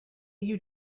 you